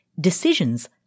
decisions